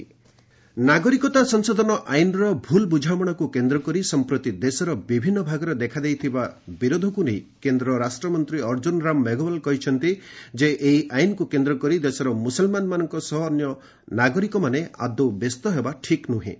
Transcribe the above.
Meghwal CAA ନାଗରିକତା ସଂଶୋଧନ ଆଇନ୍ର ଭୁଲ ବୁଝାମଣାକୁ କେନ୍ଦ୍ର କରି ସମ୍ପ୍ରତି ଦେଶର ବିଭିନ୍ନ ଭାଗରେ ଦେଖାଦେଇଥିବା ବିରୋଧକୁ କେନ୍ଦ୍ର ରାଷ୍ଟ୍ରମନ୍ତ୍ରୀ ଅର୍ଜ୍ଜୁନରାମ ମେଘାୱଲ କହିଛନ୍ତି ଯେ ଏହି ଆଇନ୍କୁ ନେଇ କେନ୍ଦ୍ର କରି ଦେଶର ମୁସଲମାନମାନଙ୍କ ସହ ଅନ୍ୟ ନାଗରିକମାନେ ଆଦୌ ବ୍ୟସ୍ତ ହେବା ଠିକ୍ ନୁହେଁ